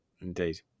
Indeed